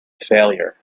failure